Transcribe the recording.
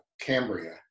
Cambria